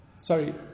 Sorry